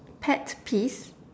pet peeves